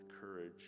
courage